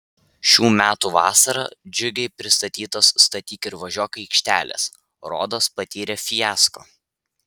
šių metų vasarą džiugiai pristatytos statyk ir važiuok aikštelės rodos patyrė fiasko